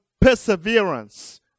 perseverance